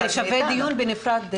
זה שווה דיון בנפרד.